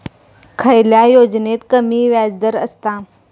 खयल्या योजनेत कमी व्याजदर असता?